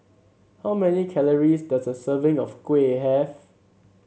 how many calories does a serving of kuih have